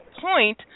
point